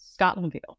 Scotlandville